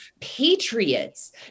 patriots